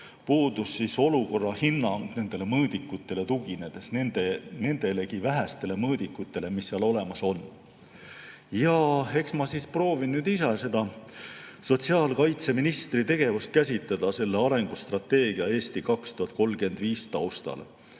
puudus olukorra hinnang nendele mõõdikutele tuginedes, nendele vähestelegi mõõdikutele, mis seal olemas on. Eks ma siis proovin nüüd ise seda sotsiaalkaitseministri tegevust käsitleda selle arengustrateegia "Eesti 2035" taustal.